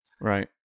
Right